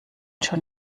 schon